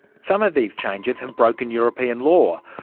some of these changes have broken european law,